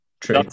True